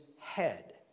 head